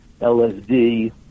LSD